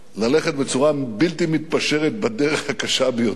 ללכת בצורה בלתי מתפשרת בדרך הקשה ביותר.